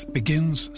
begins